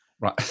Right